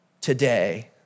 today